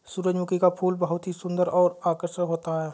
सुरजमुखी का फूल बहुत ही सुन्दर और आकर्षक होता है